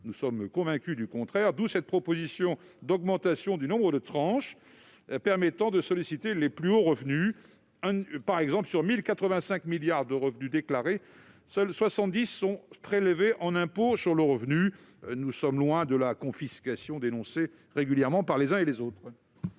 Nous sommes convaincus du contraire ! D'où cette proposition d'augmentation du nombre de tranches, qui permet de solliciter les plus hauts revenus. Par exemple, sur 1 085 milliards d'euros de revenus déclarés, seuls 70 milliards sont prélevés au titre de l'IR. Nous sommes loin de la confiscation dénoncée régulièrement par les uns et les autres